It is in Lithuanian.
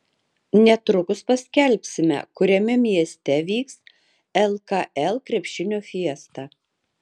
netrukus paskelbsime kuriame mieste vyks lkl krepšinio fiesta